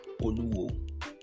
Onuwo